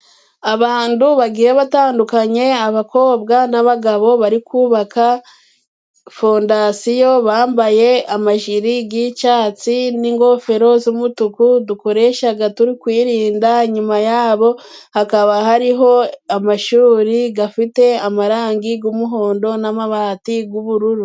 Abandu bagiye batandukanye. Abakobwa n'abagabo bari kubaka fondasiyo bambaye amajiri g'icatsi n'ingofero z'umutuku dukoreshaga turi kwirinda. Inyuma yabo hakaba hariho amashuri gafite amarangi g'umuhondo n'amabati g'ubururu.